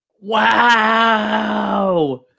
Wow